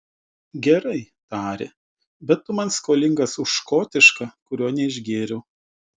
gerai tarė bet tu man skolingas už škotišką kurio neišgėriau